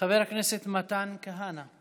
חבר הכנסת מתן כהנא,